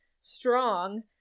strong